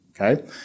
okay